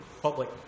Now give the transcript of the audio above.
public